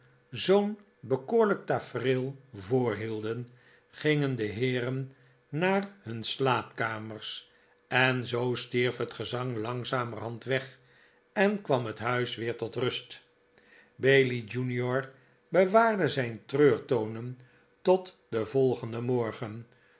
zoo'n bekoorlijk tafereel voorhielden gingen de heeren naar hun slaapkamers en zoo stierf het gezang langzamerhand weg en kwam het huis weer tot rust bailey junior bewaarde zijn treurtonen tot den volgenden morgen